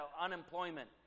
unemployment